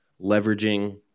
leveraging